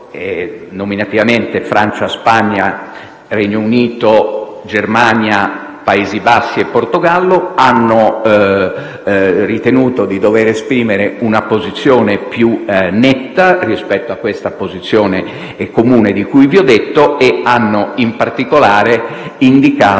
specifico, Francia, Spagna, Regno Unito, Germania, Paesi Bassi e Portogallo - hanno ritenuto di dover esprimere una posizione più netta rispetto alla posizione comune di cui vi ho detto. In particolare, hanno indicato